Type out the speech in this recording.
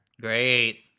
Great